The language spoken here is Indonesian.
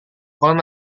kolam